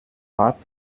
rat